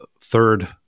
third